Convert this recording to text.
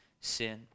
sin